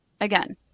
Again